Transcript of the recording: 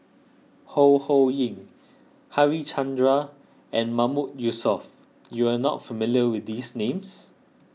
Ho Ho Ying Harichandra and Mahmood Yusof you are not familiar with these names